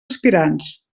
aspirants